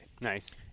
Nice